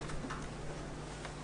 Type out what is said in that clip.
מזרחי.